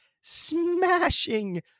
smashing